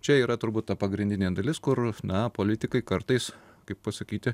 čia yra turbūt ta pagrindinė dalis kur na politikai kartais kaip pasakyti